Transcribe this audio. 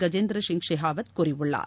கஜேந்திர சிங் ஷெகாவத் கூறியுள்ளார்